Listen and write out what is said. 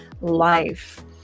life